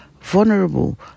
vulnerable